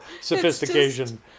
sophistication